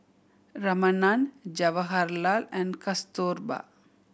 Ramanand Jawaharlal and Kasturba